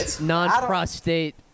non-prostate